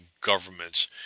governments